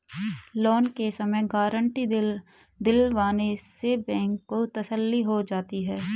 loan के समय guarantee दिलवाने से बैंक को तसल्ली हो जाती है